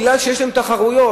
כי יש להם תחרויות.